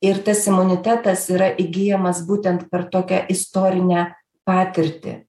ir tas imunitetas yra įgyjamas būtent per tokią istorinę patirtį